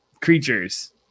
creatures